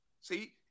See